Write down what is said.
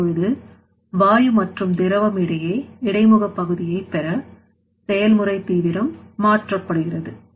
இப்பொழுது வாயு மற்றும் திரவம் இடையே இடைமுக பகுதியை பெற செயல்முறை தீவிரம் மாற்றப்படுகிறது